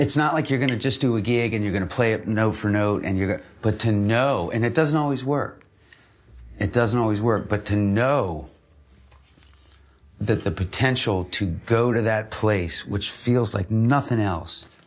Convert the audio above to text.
it's not like you're going to just do a gig and you going to play it note for note and you get put to know and it doesn't always work it doesn't always work but to know that the potential to go to that place which feels like nothing else